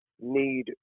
need